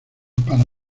para